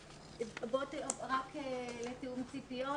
רק נעשה תיאום ציפיות,